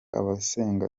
abasenga